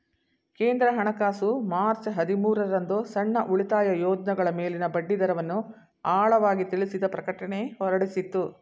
ಕೇಂದ್ರ ಹಣಕಾಸು ಮಾರ್ಚ್ ಹದಿಮೂರು ರಂದು ಸಣ್ಣ ಉಳಿತಾಯ ಯೋಜ್ನಗಳ ಮೇಲಿನ ಬಡ್ಡಿದರವನ್ನು ಆಳವಾಗಿ ತಿಳಿಸಿದ ಪ್ರಕಟಣೆ ಹೊರಡಿಸಿತ್ತು